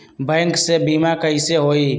Bank से बिमा कईसे होई?